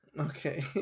Okay